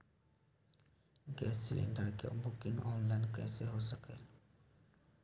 Gas cylinder के booking online कईसे हो सकलई ह?